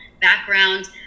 background